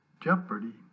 jeopardy